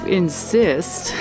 insist